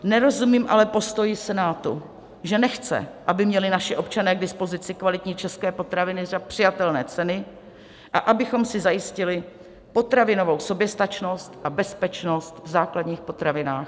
Nerozumím ale postoji Senátu, že nechce, aby měli naši občané k dispozici kvalitní české potraviny za přijatelné ceny a abychom si zajistili potravinovou soběstačnost a bezpečnost v základních potravinách.